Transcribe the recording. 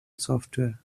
software